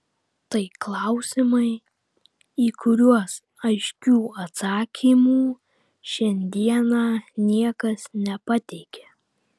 tai klausimai į kuriuos aiškių atsakymų šiandieną niekas nepateikia